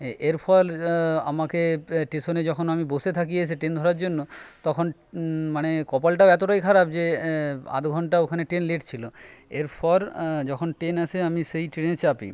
এরফল আমাকে টেশনে যখন আমি বসে থাকি এসে ট্রেন ধরার জন্য তখন মানে কপালটাও এতটাই খারাপ যে আধঘন্টা ওখানে ট্রেন লেট ছিলো এরপর যখন ট্রেন আসে আমি সেই ট্রেনে চাপি